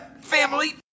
family